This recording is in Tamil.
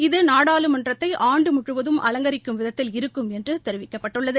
இது நாடாளுமன்றத்தை ஆண்டு முழுவதும் அலங்கரிக்கும் விதத்தில் இருக்கும் என்று தெரிவிக்கப்பட்டுள்ளது